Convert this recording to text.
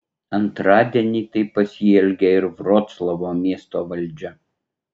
antradienį taip pasielgė ir vroclavo miesto valdžia